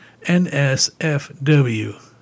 NSFW